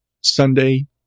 Sunday